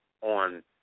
on